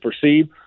perceive